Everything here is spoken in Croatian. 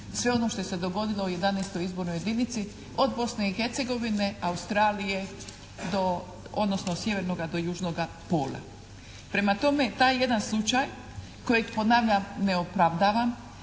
Sve ono što se dogodilo u 11. izbornoj jedinici od Bosne i Hercegovine i Australije odnosno od sjevernoga do južnoga pola. Prema tome, taj jedan slučaj kojeg ponavljam ne opravdavam